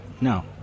no